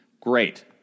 great